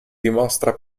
dimostra